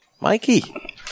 Mikey